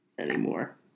anymore